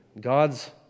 God's